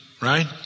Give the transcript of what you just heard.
right